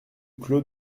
clos